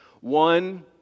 One